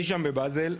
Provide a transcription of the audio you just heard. בבזל,